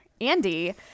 Andy